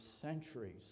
centuries